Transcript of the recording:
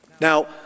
Now